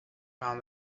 found